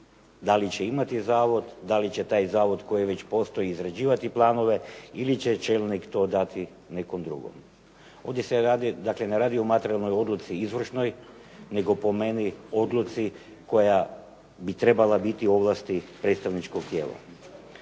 da li će imati zavod, da li će taj zavod koji već postoji izrađivati planove ili će čelnik to dati nekom drugom. Ovdje se radi, dakle ne radi o materijalnoj odluci izvršnoj, nego po meni odluci koja bi trebala biti u ovlasti predstavničkog tijela.